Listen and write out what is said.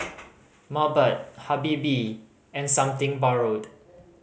Mobot Habibie and Something Borrowed